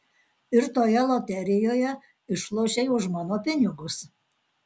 ir toje loterijoje išlošei už mano pinigus